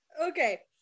okay